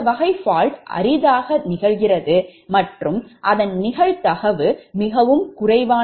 இந்த வகை fault அரிதாக நிகழ்கிறது மற்றும் நிகழ்தகவு மிகவும் குறைவு